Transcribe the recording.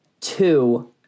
Two